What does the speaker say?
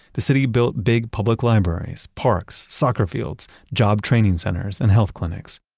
the city built big public libraries, parks, soccer fields, job training centers, and health clinics.